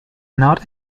not